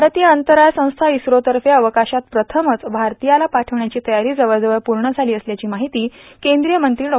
भारतीय अंतराळ संस्था इस्रोतर्फे अवकाशात प्रथमच भारतीयाला पाठवण्याची तयारी जवळजवळ पूर्ण झाली असल्याची माहिती केंद्रीय मंत्री डॉ